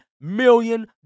million